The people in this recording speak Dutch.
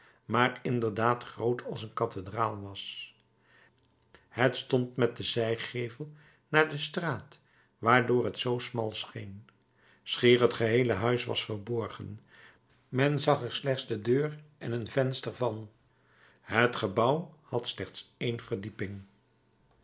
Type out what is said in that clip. maar inderdaad groot als een cathedraal was het stond met den zijgevel naar de straat waardoor het zoo smal scheen schier het geheele huis was verborgen men zag er slechts de deur en een venster van het gebouw had slechts één verdieping